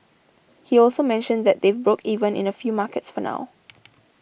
he also mentioned that they've broke even in a few markets for now